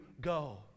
go